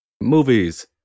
Movies